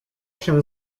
się